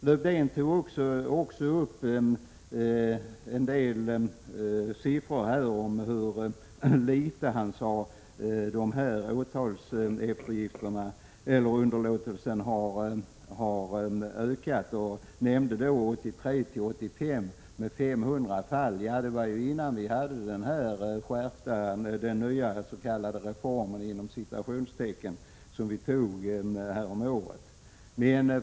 Lövdén tog också upp en del siffror för att visa hur litet dessa åtalsunderlåtelser har ökat och nämnde då 1983-1985 med 500 fall. Detta var emellertid före den nya, skärpta ”reformen” som vi fick häromåret.